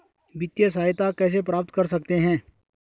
वित्तिय सहायता कैसे प्राप्त कर सकते हैं?